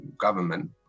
government